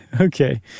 Okay